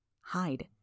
Hide